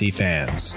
fans